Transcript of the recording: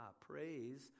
praise